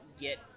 get